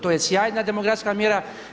To je sjajna demografska mjera.